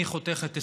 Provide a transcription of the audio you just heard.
אני חותכת 20%,